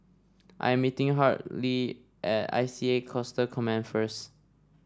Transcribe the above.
I'm meeting Hartley at I C A Coastal Command first